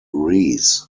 rees